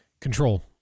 Control